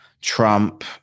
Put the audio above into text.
Trump